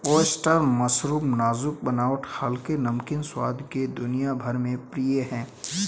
oyster mushroom नाजुक बनावट हल्के, नमकीन स्वाद के लिए दुनिया भर में प्रिय है